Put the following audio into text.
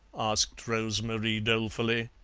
asked rose-marie dolefully.